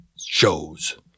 shows